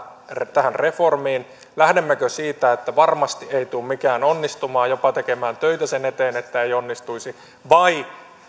tähän reformiin lähdemmekö siitä että varmasti ei tule mikään onnistumaan jopa tekemään töitä sen eteen että ei onnistuisi vai